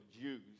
Jews